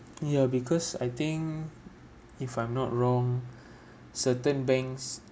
ya because I think if I'm not wrong certain banks